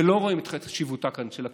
ולא רואים כאן את חשיבותה של הכנסת.